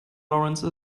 laurence